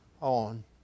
on